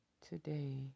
today